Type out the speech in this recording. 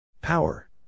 Power